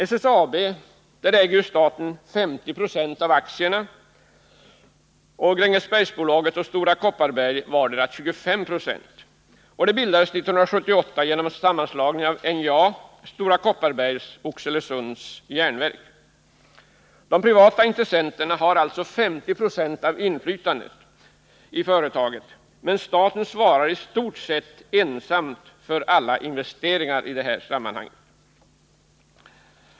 SSAB, där staten äger 50 20 av aktierna och Grängesbergsbolaget och Stora Kopparberg vardera 25 96, bildades 1978 genom en sammanslagning av NJA, Stora Kopparberg och Oxelösunds järnverk. De privata intressenterna har alltså 50 26 av inflytandet i företaget, men staten svarar i stort sett ensam för alla investeringar i det här sammanhanget.